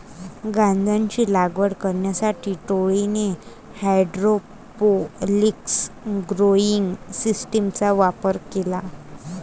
गांजाची लागवड करण्यासाठी टोळीने हायड्रोपोनिक्स ग्रोइंग सिस्टीमचा वापर केला